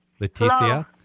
Leticia